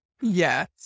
yes